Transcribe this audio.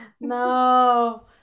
No